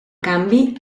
canvi